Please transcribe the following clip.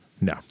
No